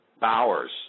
Bowers